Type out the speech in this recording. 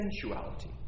Sensuality